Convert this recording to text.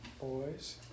boys